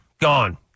gone